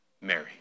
Mary